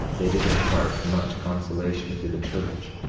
they did impart much consolation to the church,